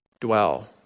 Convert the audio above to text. dwell